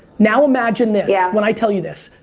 now imagine this. yeah. when i tell you this.